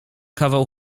kawał